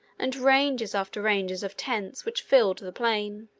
and ranges after ranges of tents, which filled the plain.